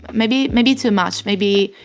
maybe, maybe too much. maybe.